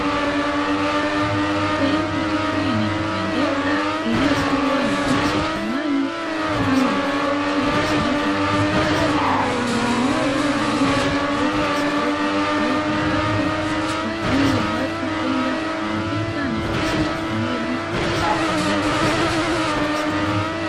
Sehemu nzuri yenye kupendeza iliyokuwa na viti vya samani, kama makochi, meza za kifahari na vinywaji vya aina tofauti tofauti, vikiuzwa hapo kwa ajili ya watu kwenda kupumzika na kunywa kinywaji akipendacho.